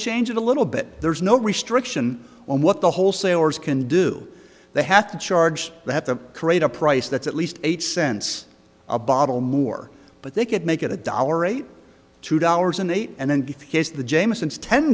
change it a little bit there's no restriction on what the wholesalers can do they have to charge that the create a price that's at least eight cents a bottle more but they could make it a dollar a two dollars and eight and then